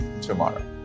tomorrow